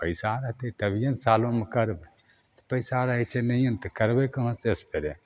तऽ पैसा रहितै तभियेने सालोमे करबय पैसा रहय छै नहिए नवतऽ करबै कहाँ से स्प्रे